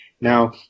Now